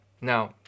Now